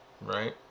Right